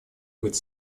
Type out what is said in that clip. быть